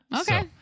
Okay